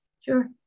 Sure